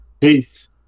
Peace